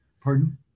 Pardon